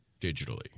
digitally